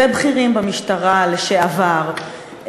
ובכירים במשטרה לשעבר,